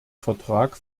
vertrag